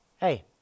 Hey